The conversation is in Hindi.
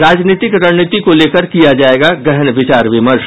राजनीतिक रणनीति को लेकर किया जायेगा गहन विचार विमर्श